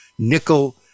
nickel